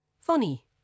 Funny